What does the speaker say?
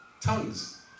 tongues